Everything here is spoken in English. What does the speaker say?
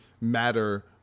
matter